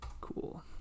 Cool